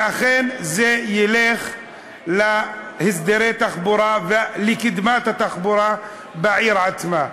שאכן זה ילך להסדרי התחבורה ולקידום התחבורה בעיר עצמה.